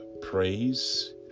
praise